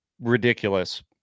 ridiculous